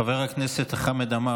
חבר הכנסת חמד עמאר,